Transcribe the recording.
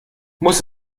muss